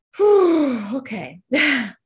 okay